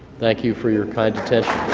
thank you for your kind attention.